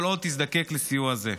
כל עוד תזדקק לסיוע זה.